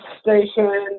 station